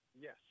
Yes